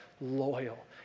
loyal